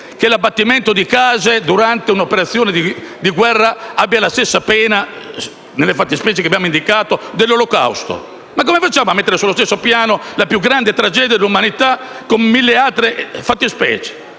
che l'abbattimento di case durante un'operazione di guerra abbia la stessa pena, nelle fattispecie che abbiamo indicato, dell'olocausto. Come facciamo a mettere sullo stesso piano la più grande tragedia dell'umanità con altre mille fattispecie?